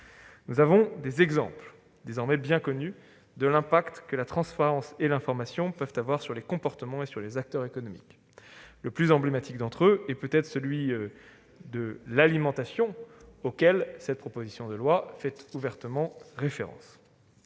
Nous avons des exemples, désormais bien connus, de l'impact que la transparence et l'information peuvent avoir sur les comportements et sur les acteurs économiques. Le plus emblématique d'entre eux est peut-être celui de l'alimentation, auquel cette proposition de loi fait ouvertement référence.